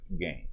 game